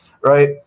Right